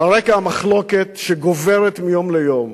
ועל רקע המחלוקת שגוברת מיום ליום